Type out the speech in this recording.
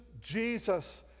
Jesus